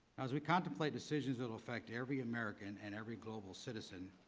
as we contemplate decisions that will affect every american and every global citizen,